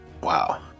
Wow